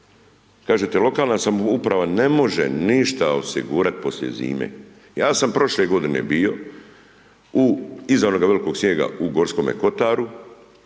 Kažete lokalna samouprava ne može ništa osigurat poslije zime. Ja sam prošle godine bio u, iza onoga velikog snijega, u Gorskome kotaru